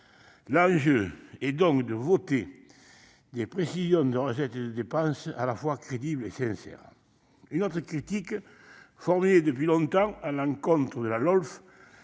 L'enjeu est donc de voter des prévisions de recettes et de dépenses à la fois crédibles et sincères. Une autre critique formulée depuis longtemps à l'encontre de la LOLF